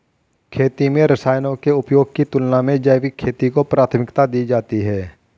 खेती में रसायनों के उपयोग की तुलना में जैविक खेती को प्राथमिकता दी जाती है